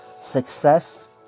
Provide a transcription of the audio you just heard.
Success